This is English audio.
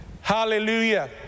Hallelujah